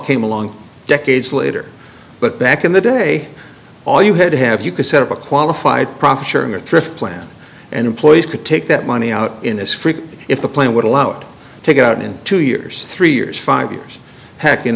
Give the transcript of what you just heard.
came along decades later but back in the day all you had to have you could set up a qualified profit sharing or thrift plan and employees could take that money out in a strictly if the plan would allow it to take out in two years three years five years heck in